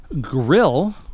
grill